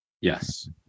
yes